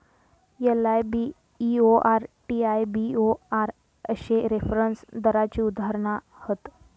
LIBOR, TIBOR अश्ये reference दराची उदाहरणा हत